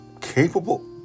capable